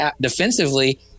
defensively